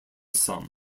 sum